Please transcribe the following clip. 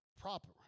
proper